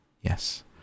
Yes